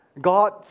God